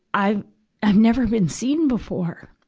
i've i've never been seen before.